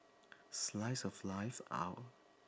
slice of life hour